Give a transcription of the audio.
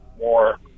more